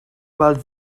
weld